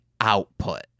output